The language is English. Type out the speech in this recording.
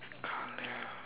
color